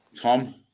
Tom